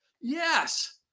Yes